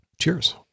Cheers